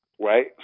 right